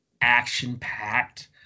action-packed